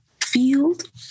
field